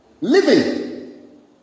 Living